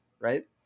right